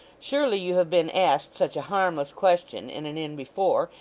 surely you have been asked such a harmless question in an inn before,